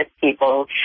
people